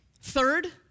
Third